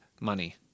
money